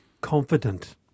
confident